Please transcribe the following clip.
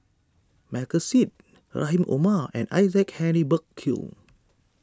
Michael Seet Rahim Omar and Isaac Henry Burkill